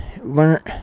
learn